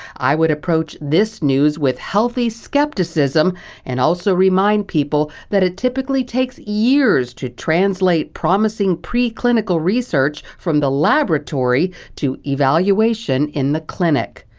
i would approach this news with healthy skepticism and also remind people that it typically takes years to translate promising preclinical research from the laboratory to evaluation in the clinic.